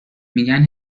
میگن